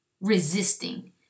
resisting